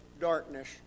darkness